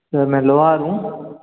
sir मैं लोहार हूँ